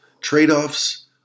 Trade-offs